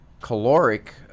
caloric